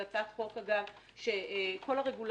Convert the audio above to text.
זו הצעת חוק שכל הרגולטורים